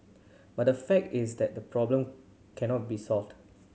but the fact is that the problem cannot be solved